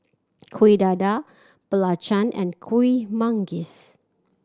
Kueh Dadar belacan and Kuih Manggis